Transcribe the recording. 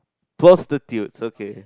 prostitute